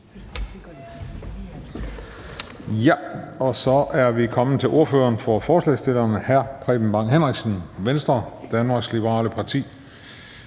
Juhl): Så er vi kommet til ordføreren for forslagsstillerne, hr. Preben Bang Henriksen, Venstre, Danmarks Liberale Parti.